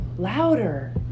Louder